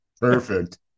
perfect